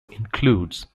includes